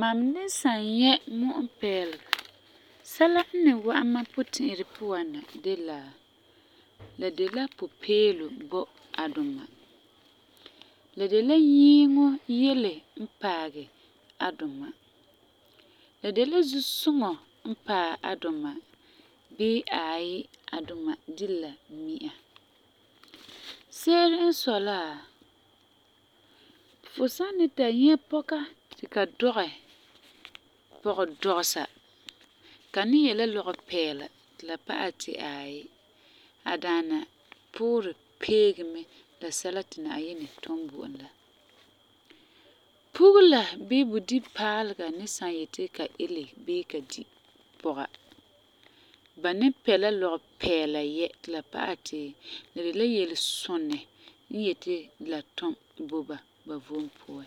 Mam ni san nyɛ mu'umpɛɛlega sɛla n ni wa'am mam puti'iren na de la: La de la Pupeelum bo a duma, la de la nyiiŋɔ yele n paagɛ a duma, la de la zusuŋɔ n paɛ a duma bii aai a duma di la mi'a. Se'ere n sɔi la, fu san ni ta nyɛ pɔka ti ka dɔgɛ pɔgedɔgesa, ka ni yɛ' la lɔgepɛɛla ti la pa'alɛ ti aai, a daana puurɛ peege mɛ la sɛla ti Na'ayinɛ tum bo e la. Pugela bii budibepaalega san yeti ka ele bii ka di pɔga, ba ni pɛ la lɔgepɛɛla yɛ' ti la pa'alɛ ti la de la yelesunɛ n yeti la tum bo ba ba vom puan.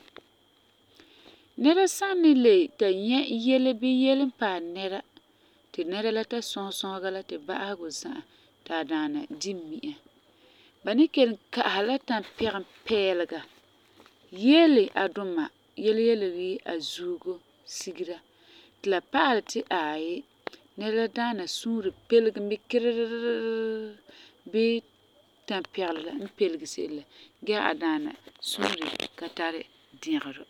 Nɛra san ni le ta nyɛ yele bii yele n paɛ nɛra ti nɛra la ta sɔsɛ sɔsega la ti ba'asegɔ za'a ti a daana di mi'a, ba ni kelum ka'asɛ la tampɛgumpɛɛlega yeele a duma yele yele wuu a zuugo sigera ti la pa'alɛ ti aai, nɛra la daana suure pelege mɛ kirii bii tampɛgelum la n pelege se'em la gee a daana suure ka tari dɛgerɔ.